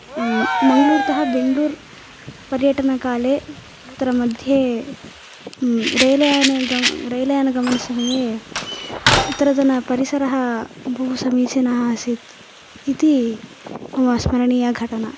मङ्ग्लूर्तः बेग्लूर्पर्यटनकाले तत्र मध्ये रेलयानगमन रेलयानगमनसमये तत्रतनपरिसरः बहु समीचिनः आसीत् इति मम स्मरणीया घटना